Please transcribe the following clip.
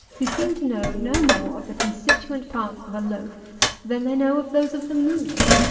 who seem to know no more of the constituent parts of a loaf than they know of those of the moon.